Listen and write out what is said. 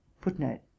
footnote